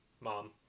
mom